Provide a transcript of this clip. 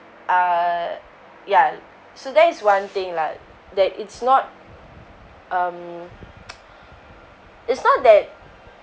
uh ya so there is one thing lah that it's not um it's not that